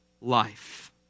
life